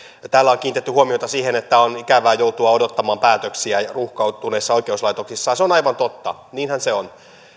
täällä on kiinnitetty huomiota siihen että on ikävää joutua odottamaan päätöksiä ruuhkautuneissa oikeuslaitoksissa ja se on aivan totta niinhän se on